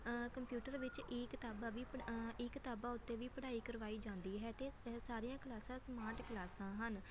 computer ਵਿੱਚ e ਕਿਤਾਬਾਂ ਵੀ ਪੜ੍ਹ ਈ ਕਿਤਾਬਾਂ ਉੱਤੇ ਵੀ ਪੜ੍ਹਾਈ ਕਰਵਾਈ ਜਾਂਦੀ ਹੈ ਅਤੇ ਸਾਰੀਆਂ ਕਲਾਸਾਂ ਸਮਾਰਟ ਕਲਾਸਾਂ ਹਨ